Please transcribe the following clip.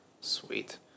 Sweet